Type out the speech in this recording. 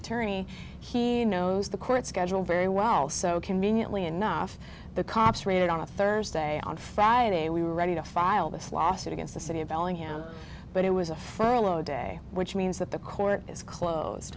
attorney he knows the court schedule very well so conveniently enough the cops raided on a thursday on friday we were ready to file this lawsuit against the city of bellingham but it was a furlough day which means that the court is closed